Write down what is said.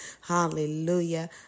Hallelujah